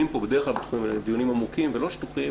פה בדרך כלל בתחומים האלה הם דיונים עמוקים ולא שטוחים,